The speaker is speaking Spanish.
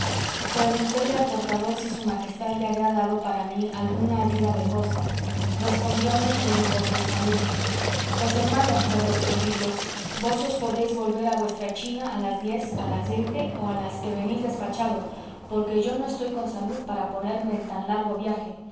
preguntéle al portador si su majestad le había dado para mí alguna ayuda de costa respondióme que ni por pensamiento pues hermano le respondí yo vos os podéis volver a vuestra china a las diez o a las veinte o a las que venís despachado porque yo no estoy con salud para ponerme en tan largo viaje